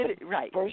Right